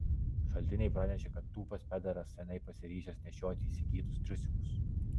šaltiniai pranešė kad tūpas pederas seniai pasiryžęs nešioti įsigytus triusikus